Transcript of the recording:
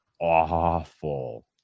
awful